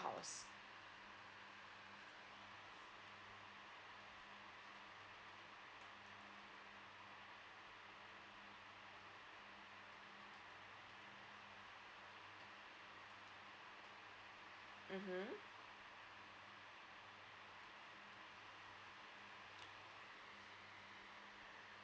mmhmm